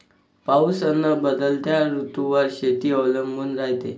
पाऊस अन बदलत्या ऋतूवर शेती अवलंबून रायते